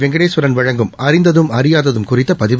வெங்கடேஸ்வரன் வழங்கும் அறிந்ததும் அறியாததும் குறித்தபதிவு